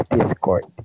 Discord